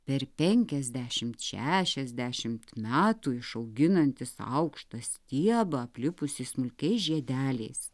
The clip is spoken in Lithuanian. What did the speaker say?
per penkiasdešimt šešiasdešimt metų išauginantis aukštą stiebą aplipusi smulkiais žiedeliais